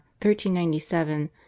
1397